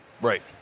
Right